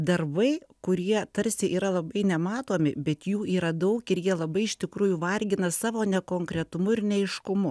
darbai kurie tarsi yra labai nematomi bet jų yra daug ir jie labai iš tikrųjų vargina savo nekonkretumu ir neaiškumu